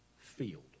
field